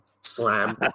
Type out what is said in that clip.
Slam